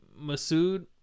Masood